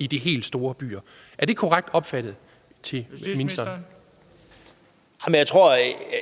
Justitsministeren (Søren Pape Poulsen): Jeg tror